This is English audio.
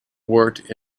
worked